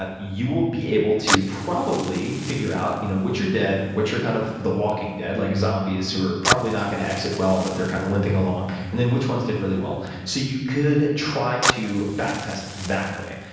ah you will be able to probably figure out you know which are dead, which are kind of the walking dead like zombies who are probably not going to exit well but they're kind of limping along, and then which ones did really well. so you could try to back test that way,